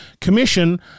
commission